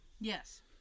Yes